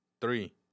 three